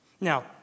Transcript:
Now